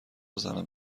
زنم